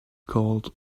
called